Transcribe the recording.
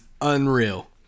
unreal